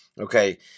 Okay